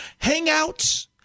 hangouts